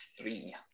three